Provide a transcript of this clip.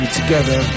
together